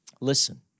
Listen